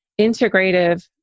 integrative